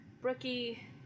Brookie